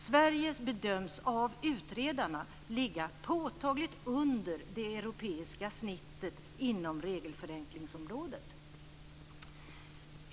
Sverige bedöms av utredarna ligga påtagligt under det europeiska snittet inom regelförenklingsområdet.